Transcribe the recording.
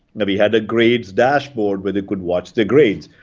and we had a grades dashboard where they could watch their grades.